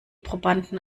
probanden